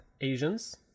Asians